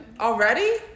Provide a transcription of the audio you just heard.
Already